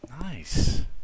Nice